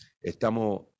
estamos